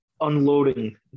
unloading